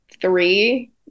three